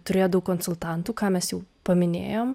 turėjo daug konsultantų ką mes jau paminėjom